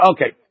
Okay